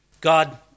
God